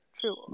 True